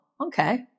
okay